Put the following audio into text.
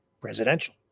presidential